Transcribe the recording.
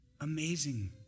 Amazing